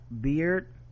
beard